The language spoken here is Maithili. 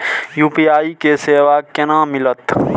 यू.पी.आई के सेवा केना मिलत?